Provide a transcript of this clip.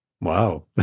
Wow